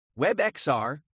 WebXR